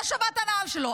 לא שווה את הנעל שלו.